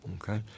Okay